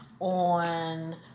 on